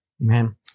Amen